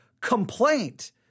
complaint